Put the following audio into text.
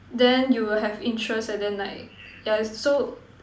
then you will have interest and then like yeah so